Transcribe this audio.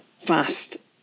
fast